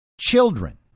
children